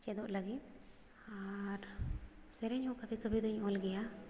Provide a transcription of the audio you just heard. ᱪᱮᱫᱚᱜ ᱞᱟᱹᱜᱤᱫ ᱟᱨ ᱥᱮᱨᱮᱧ ᱦᱚᱸ ᱠᱟᱹᱵᱷᱤ ᱠᱟᱹᱵᱷᱤ ᱫᱚᱧ ᱚᱞ ᱜᱮᱭᱟ